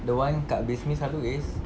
the one dekat basement selalu is